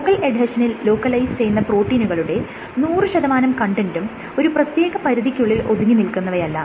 focal എഡ്ഹെഷനിൽ localise ചെയ്യുന്ന പ്രോട്ടീനുകളുടെ നൂറ് ശതമാനം കണ്ടെന്റും ഒരു പ്രത്യേക പരിധിക്കുള്ളിൽ ഒതുങ്ങി നിൽക്കുന്നവയല്ല